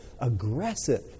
aggressive